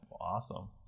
awesome